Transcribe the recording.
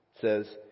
says